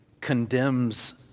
condemns